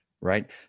right